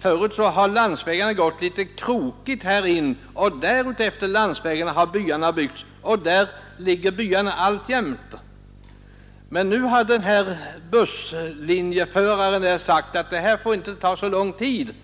Förut har landsvägarna gått litet krokigt, och efter dessa landsvägar har byarna byggts, och där ligger de alltjämt. Men nu hade en förare på busslinjen sagt att det inte får ta så lång tid,